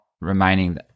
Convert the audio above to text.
remaining